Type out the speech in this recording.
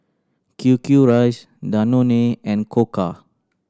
Q Q Rice Danone and Koka